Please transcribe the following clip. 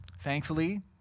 Thankfully